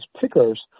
pickers